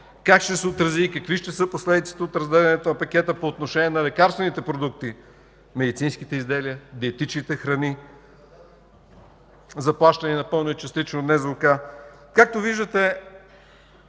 Как ще се отрази и какви ще са последиците от разделянето на пакета по отношение на лекарствените продукти, медицинските изделия, диетичните храни, заплащани напълно или частично от НЗОК? Както виждате,